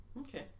Okay